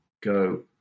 go